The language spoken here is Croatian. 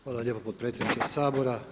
Hvala lijepo podpredsjedniče Sabora.